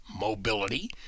mobility